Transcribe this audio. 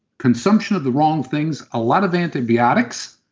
consumption of the wrong things, a lot of antibiotics.